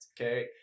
Okay